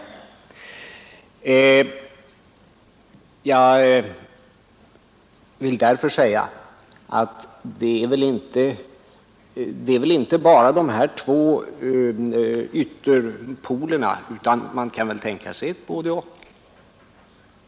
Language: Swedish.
Jag vill dock säga att det väl inte bara finns de här två polerna utan att man kan tänka sig ett både-och.